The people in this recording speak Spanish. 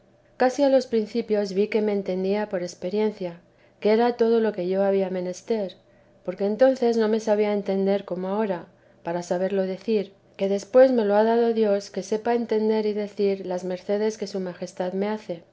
casi a los principios vi que me entendía por experiencia que era todo lo que yo había menester porque entonces no me sabía entender como ahora para saberlo decir que después me lo ha dado dios que sepa entender y decir las mercedes que su majestad me hace